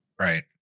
Right